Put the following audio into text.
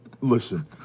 Listen